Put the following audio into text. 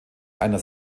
einer